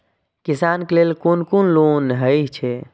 किसान के लेल कोन कोन लोन हे छे?